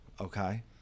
okay